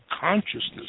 consciousness